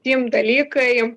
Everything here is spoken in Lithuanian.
stim dalykai